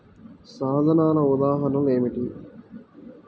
సాధనాల ఉదాహరణలు ఏమిటీ?